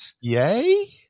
yay